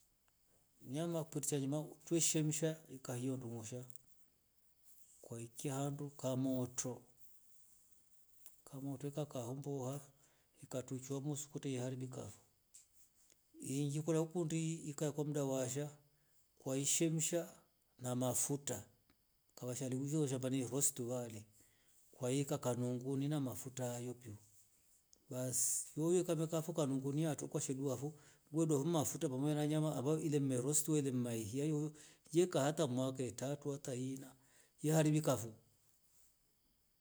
Nyala pute sahima tweshemsha ikahia ndungusha kwakia hando kamoto, ukamoto kaka hombo wa ikatuchwa muskute yeharibika vo, ingi kora kundi ika kamda washa kwai shemsha na mafuta kawa rimshwe ramba ni hostuwale kwa yeka ka nungu ni mafuta ayopio basi uyouyo kaveka mfuka nungunia to kwasheduavo wedua mmfata pamwe ranyama avo ile mresto wele mmahiyayo yekata ata mwaka etatu hata ina yeharibika vo